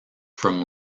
from